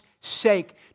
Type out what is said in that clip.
sake